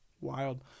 wild